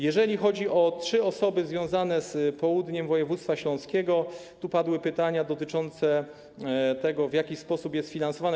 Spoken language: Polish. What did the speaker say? Jeżeli chodzi o trzy osoby związane z południem województwa śląskiego, padło pytanie dotyczące tego, w jaki sposób jest finansowane.